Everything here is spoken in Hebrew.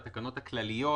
התקנות הכלליות